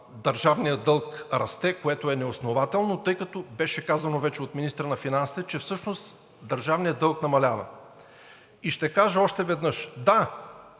държавният дълг расте, което е неоснователно, тъй като беше казано вече от министъра на финансите, че всъщност държавният дълг намалява. И ще кажа още веднъж – да,